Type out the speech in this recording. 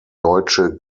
deutsche